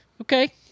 Okay